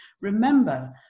Remember